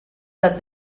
that